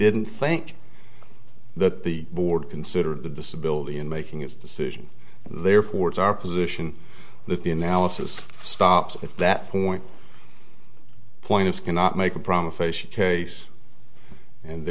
didn't think that the board considered the disability in making its decision therefore it's our position that the analysis stops at that point point it's cannot make a promise facie case and